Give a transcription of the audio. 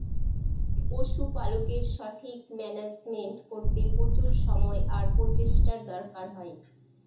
পশুপালকের সঠিক মান্যাজমেন্ট করতে প্রচুর সময় আর প্রচেষ্টার দরকার হয়